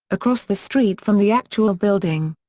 across the street from the actual building.